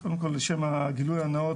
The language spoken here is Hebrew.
קודם כל לשם הגילוי הנאות,